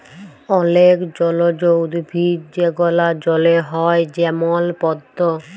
অলেক জলজ উদ্ভিদ যেগলা জলে হ্যয় যেমল পদ্দ